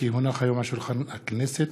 כי הונח היום על שולחן הכנסת